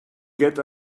get